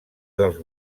dels